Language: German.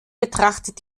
betrachtet